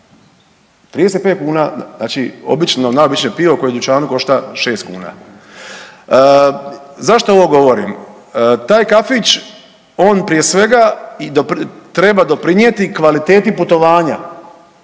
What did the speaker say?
35 kuna znači obično, najobičnije pivo koje u dućanu košta 6 kuna. Zašto ovo govorim? Taj kafić on prije svega treba doprinijeti kvaliteti putovanja,